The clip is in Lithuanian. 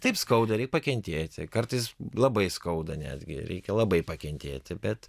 taip skauda reik pakentėti kartais labai skauda netgi reikia labai pakentėti bet